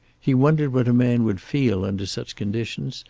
he wondered what a man would feel under such conditions,